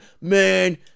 man